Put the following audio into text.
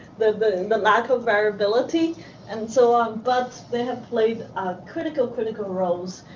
the the lack of variability and so um but they have played critical, critical roles.